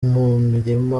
murima